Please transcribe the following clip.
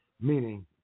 meaning